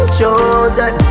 chosen